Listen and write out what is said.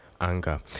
anger